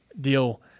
deal